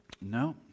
No